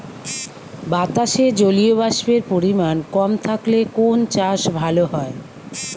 বাতাসে জলীয়বাষ্পের পরিমাণ কম থাকলে কোন চাষ ভালো হয়?